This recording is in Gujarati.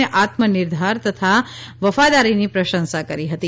અને આત્મનિર્ધાર તથા વફાદારીની પ્રશંસા કરી હતી